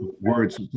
words